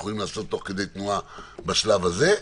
יכולים לעשות תוך כדי תנועה בשלב הזה.